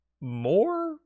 more